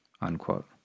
unquote